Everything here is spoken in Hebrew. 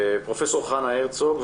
פרופ' חנה הרצוג.